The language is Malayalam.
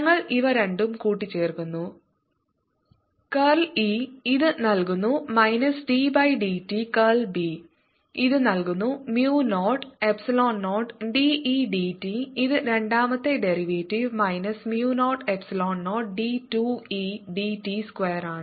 ഞങ്ങൾ ഇവ രണ്ടും കൂട്ടിച്ചേർക്കുന്നു കർൾ E ഇത് നൽകുന്നു minus d by dt curl B ഇത് നൽകുന്നു mu 0 epsilon 0 d E d t ഇത് രണ്ടാമത്തെ derivative minus mu 0 epsilon 0 d 2 E dt സ്ക്വയറാണ്